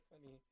funny